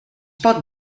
pot